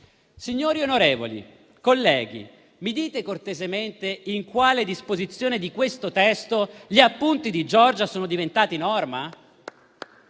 banche? Onorevoli colleghi, mi dite cortesemente in quale disposizione di questo testo gli appunti di Giorgia sono diventati norma?